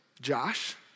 Josh